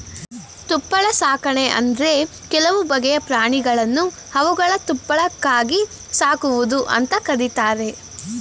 ತುಪ್ಪಳ ಸಾಕಣೆ ಅಂದ್ರೆ ಕೆಲವು ಬಗೆಯ ಪ್ರಾಣಿಗಳನ್ನು ಅವುಗಳ ತುಪ್ಪಳಕ್ಕಾಗಿ ಸಾಕುವುದು ಅಂತ ಕರೀತಾರೆ